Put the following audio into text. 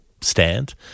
stand